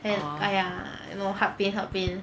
and !aiya! no heart pain heart pain